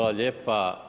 lijepa.